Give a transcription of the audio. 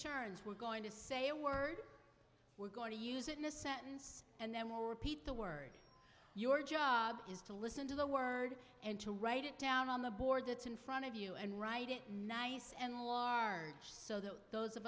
turns we're going to say a word we're going to use it in a sentence and then repeat the word your job is to listen to the word and to write it down on the board that's in front of you and write it nice and large so that those of